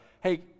hey